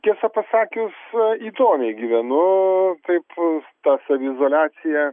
tiesą pasakius įdomiai gyvenu taip ta saviizoliacija